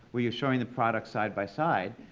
where you're showing the products side by side,